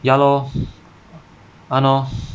ya lor !hannor!